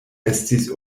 estis